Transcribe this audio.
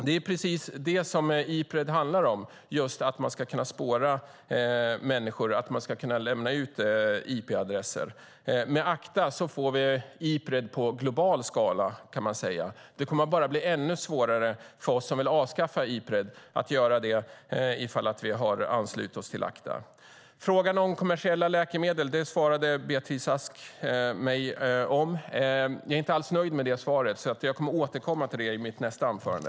Det är precis det som Ipred handlar om, just att man ska kunna spåra människor och kunna lämna ut IP-adresser. Med ACTA får vi Ipred i global skala, kan man säga. Det kommer att bli ännu svårare för oss som vill avskaffa Ipred att göra det om vi har anslutit oss till ACTA. Frågan om kommersiella läkemedel svarade Beatrice Ask mig på. Jag är inte alls nöjd med det svaret, så jag kommer att återkomma till det i mitt nästa anförande.